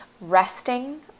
resting